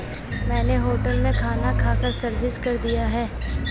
मैंने होटल में खाना खाकर सर्विस कर दिया है